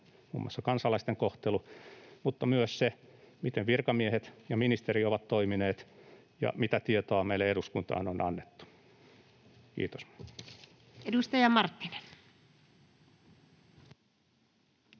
muun muassa kansalaisten kohtelu mutta myös se, miten virkamiehet ja ministeri ovat toimineet ja mitä tietoa meille eduskuntaan on annettu. — Kiitos. Edustaja Marttinen.